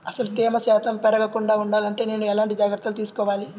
అసలు తేమ శాతం పెరగకుండా వుండాలి అంటే నేను ఎలాంటి జాగ్రత్తలు తీసుకోవాలి?